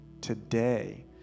today